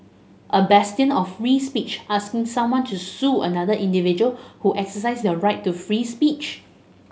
a bastion of free speech asking someone to sue another individual who exercised their right to free speech